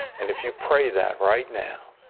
and if you pray that right now,